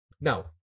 Now